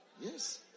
Yes